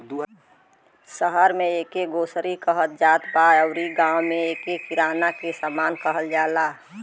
शहर में एके ग्रोसरी कहत जात बा अउरी गांव में एके किराना के सामान कहल जाला